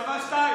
את שווה שתיים.